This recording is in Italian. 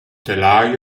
telaio